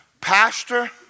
Pastor